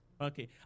Okay